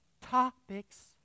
topics